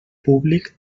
públic